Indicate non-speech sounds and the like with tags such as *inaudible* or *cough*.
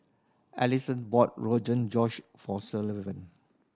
*unintelligible* bought *unintelligible* Josh for Sullivan